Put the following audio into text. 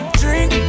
drink